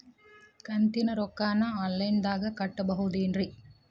ಕಂತಿನ ರೊಕ್ಕನ ಆನ್ಲೈನ್ ದಾಗ ಕಟ್ಟಬಹುದೇನ್ರಿ?